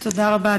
תודה רבה,